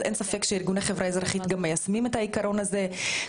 אז אין ספק שארגוני חברה אזרחית גם מיישמים את העיקרון הזה.